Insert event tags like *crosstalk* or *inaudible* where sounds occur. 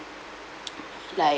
*noise* *breath* like